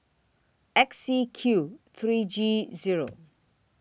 X C Q three G Zero